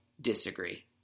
disagree